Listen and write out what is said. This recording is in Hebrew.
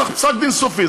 צריך פסק דין סופי.